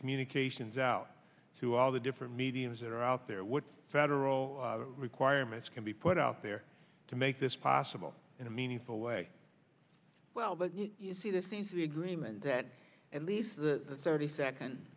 communications out to all the different mediums that are out there what federal requirements can be put out there to make this possible in a meaningful way well but you see this is the agreement that at least the thirty second